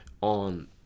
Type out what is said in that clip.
on